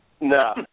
No